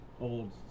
old